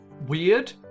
weird